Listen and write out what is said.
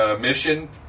mission